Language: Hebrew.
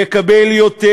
יקבל יותר,